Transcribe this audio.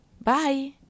Bye